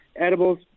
Edibles